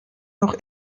noch